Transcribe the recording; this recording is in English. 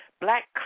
black